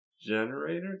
generator